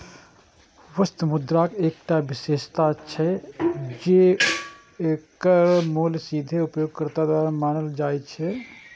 वस्तु मुद्राक एकटा विशेषता छै, जे एकर मूल्य सीधे उपयोगकर्ता द्वारा मानल जाइ छै